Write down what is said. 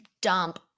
dump